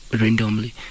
randomly